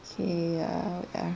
okay ya ya